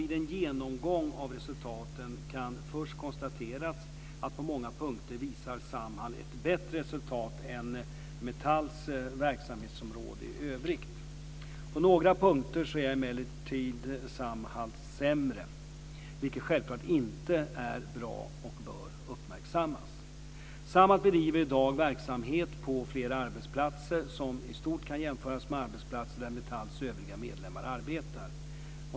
Vid en genomgång av resultaten kan först konstateras att Samhall på många punkter visar ett bättre resultat än Metalls verksamhetsområden i övrigt. På några punkter är emellertid Samhall sämre, vilket självklart inte är bra och bör uppmärksammas. Samhall bedriver i dag verksamhet på flera arbetsplatser som i stort kan jämföras med arbetsplatser där Metalls övriga medlemmar arbetar.